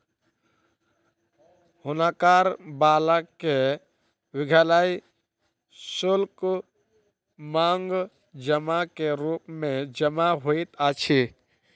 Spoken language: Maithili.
हुनकर बालक के विद्यालय शुल्क, मांग जमा के रूप मे जमा होइत अछि